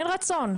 אין רצון.